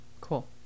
Cool